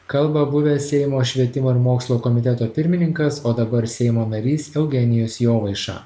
kalba buvęs seimo švietimo ir mokslo komiteto pirmininkas o dabar seimo narys eugenijus jovaiša